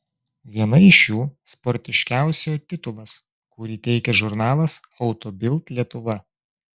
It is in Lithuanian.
viena iš jų sportiškiausiojo titulas kurį teikia žurnalas auto bild lietuva